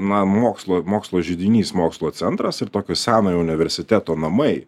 na mokslo mokslo židinys mokslo centras ir tokio senojo universiteto namai